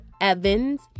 Evans